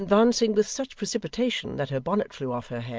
and advancing with such precipitation that her bonnet flew off her head,